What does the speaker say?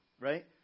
Right